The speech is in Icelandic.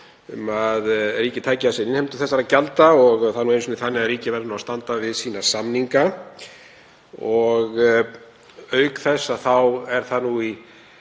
um að ríkið tæki að sér innheimtu þessara gjalda og það er nú einu sinni þannig að ríkið verður að standa við sína samninga. Auk þess þá er það nú